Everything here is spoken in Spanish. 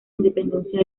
independencia